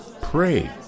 pray